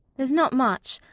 there's not much.